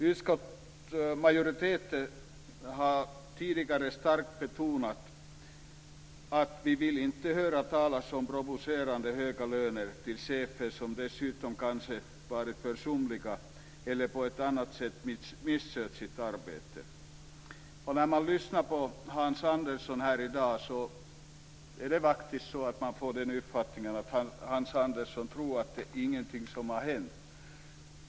Utskottsmajoriteten har tidigare starkt betonat att vi inte vill höra talas om provocerande höga löner till chefer, som dessutom kanske varit försumliga eller på annat sätt misskött sitt arbete. När man lyssnar på Hans Andersson här i dag få man faktiskt uppfattningen att han tror att ingenting har hänt.